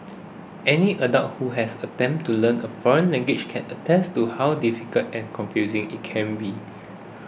any adult who has attempted to learn a foreign language can attest to how difficult and confusing it can be